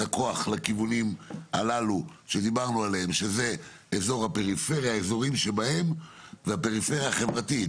הכוח לכיוונים הללו שדיברנו עליהם שזה אזור הפריפריה והפריפריה החברתית,